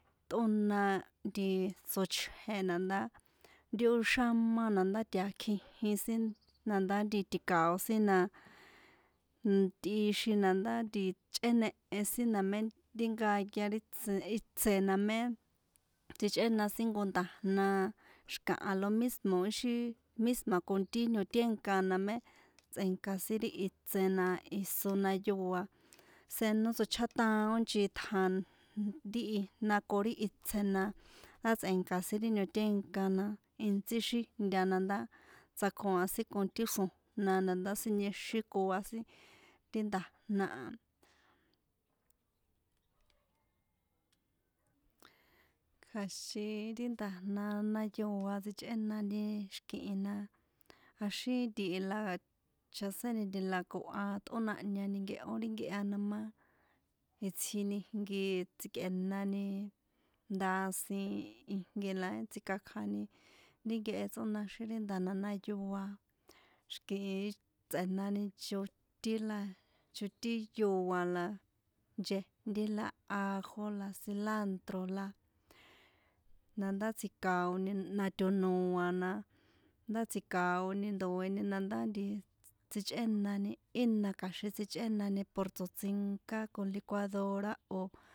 Tꞌóna nti tsochje na ndá ti ó xámá na ndá tiakjijin sin na ndá ti̱kao̱ sin na n tꞌixin na ndá nti chꞌénehe sin na mé ti nkaya ri tse itsen na mé tsichꞌéna sin jnko nda̱jna xi̱kaha lo mísmo̱ ixi misma con ti ñotínka na mé tsꞌe̱nka sin ri itsen na iso jnayoa senó tsochjátaon nchitja ri ijna ko ri itsen na ndá tsꞌe̱nka sin ri ñotínka na intsí xíjnta na ndá tsekoa̱n sin con ti xro̱jna na ndá siniexíkoa sin ti nda̱jna a, kja̱xin ri nda̱jna jnayoa sichꞌénani xi̱kihi na jaxín ntihi la chjaséni ntila koha tꞌónahña ninkehó ri nkehe no má itsjini ijnki tsjikꞌe̱nani ndasin ijnko la tsíkakjani ri nkehe tsꞌónaxin ri nda̱jna jnayoa xi̱kihi tsꞌe̱nani chotín la chotín yoa la nchejnti la ajo la cilantro la na ndá tsji̱kao̱ni na to̱noa̱ na ndá tsji̱kaoni ndoe̱ni na ndá nti tsichꞌénani ína kja̱xin tsichꞌénani por tsoṭsinka con licuadora o̱.